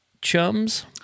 chums